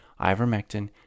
Ivermectin